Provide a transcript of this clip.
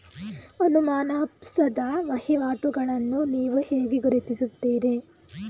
ಅನುಮಾನಾಸ್ಪದ ವಹಿವಾಟುಗಳನ್ನು ನೀವು ಹೇಗೆ ಗುರುತಿಸುತ್ತೀರಿ?